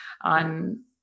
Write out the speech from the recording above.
on